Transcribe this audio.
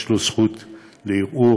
יש לו זכות לערעור,